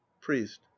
Priest